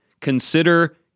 Consider